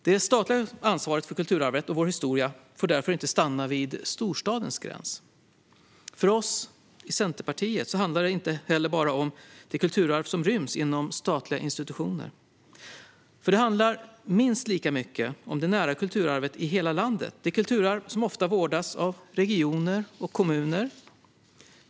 Det statliga ansvaret för kulturarvet och vår historia får därför inte stanna vid storstadens gräns. För oss i Centerpartiet handlar det inte heller bara om det kulturarv som ryms inom statliga institutioner utan minst lika mycket om det nära kulturarvet i hela landet - det kulturarv som ofta vårdas av regioner och kommuner.